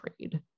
trade